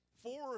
Four